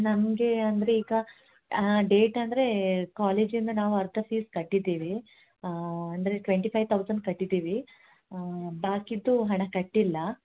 ನಮಗೆ ಅಂದರೆ ಈಗ ಡೇಟ್ ಅಂದರೆ ಕಾಲೇಜಿಂದ ನಾವು ಅರ್ಧ ಫೀಸ್ ಕಟ್ಟಿದ್ದೀವಿ ಅಂದರೆ ಟ್ವೆಂಟಿ ಫೈವ್ ತೌಸಂಡ್ ಕಟ್ಟಿದ್ದೀವಿ ಬಾಕಿದ್ದು ಹಣ ಕಟ್ಟಿಲ್ಲ